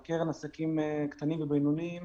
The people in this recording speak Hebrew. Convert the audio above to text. בקרן לעסקים קטנים ובינוניים